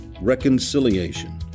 reconciliation